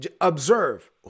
observe